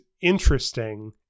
interesting